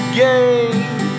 game